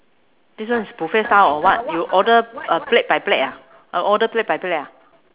this one is buffet style or what you order uh plate by plate ah uh order plate by plate ah